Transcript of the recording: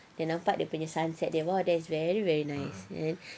dia nampak dia punya sunset dia !wah! that's very very nice